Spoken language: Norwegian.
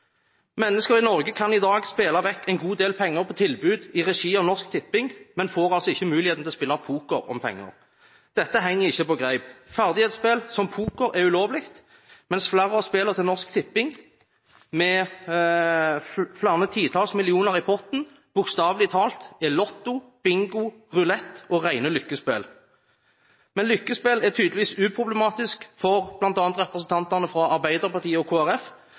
Mennesker i Norge kan i dag spille vekk en god del penger på tilbud i regi av Norsk Tipping, men får altså ikke muligheten til å spille poker om penger. Dette henger ikke på greip. Ferdighetsspill som poker er ulovlig, mens flere av spillene til Norsk Tipping har flere titalls millioner kroner i potten, bokstavelig talt: Lotto, bingo, rulett og rene lykkespill. Men lykkespill er tydeligvis uproblematisk for bl.a. representantene fra Arbeiderpartiet og